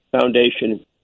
Foundation